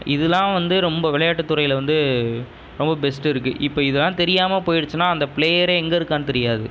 இது தான் வந்து ரொம்ப விளையாட்டுத் துறையில் வந்து ரொம்ப பெஸ்ட்டு இருக்குது இப்போ இதெல்லாம் தெரியாமல் போயிடுச்சுனா அந்த பிளேயரே எங்கே இருக்கான்னு தெரியாது